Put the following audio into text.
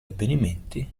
avvenimenti